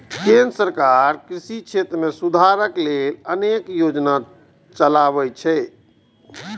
केंद्र सरकार कृषि क्षेत्र मे सुधार लेल अनेक योजना चलाबै छै